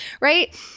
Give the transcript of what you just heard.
right